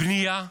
בנייה ושמירה,